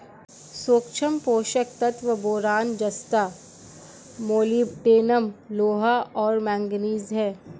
सूक्ष्म पोषक तत्व बोरान जस्ता मोलिब्डेनम लोहा और मैंगनीज हैं